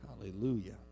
Hallelujah